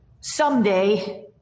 someday